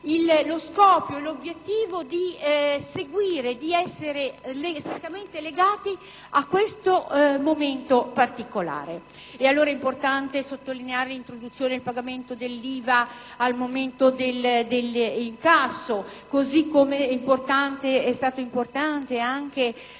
evidentemente l'obiettivo di rimanere strettamente legati a questa situazione particolare. È allora importante sottolineare l'introduzione del pagamento dell'IVA al momento dell'incasso, così come è stato importante anche